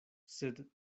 sed